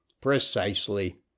Precisely